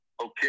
Okay